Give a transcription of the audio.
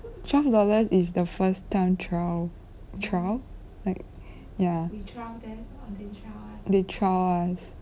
twelve dollars is the first time trial trial like ya their trial us